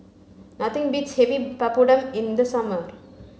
nothing beats having Papadum in the summer